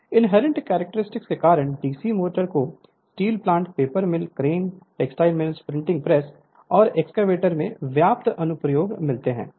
Refer Slide Time 2626 inherent characteristic के कारण DC motors को steel plant paper mill crane textile mill printing press और excavator में व्यापक अनुप्रयोग मिलते हैं